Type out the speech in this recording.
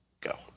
go